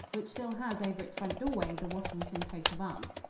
which still has over its front doorway the washington coat-of-arms.